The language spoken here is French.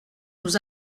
nous